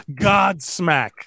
Godsmack